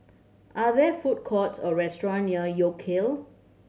are there food courts or restaurant near York Kill